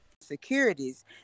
securities